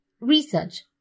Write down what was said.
research